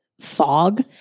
fog